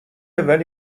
ولی